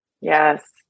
Yes